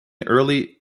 early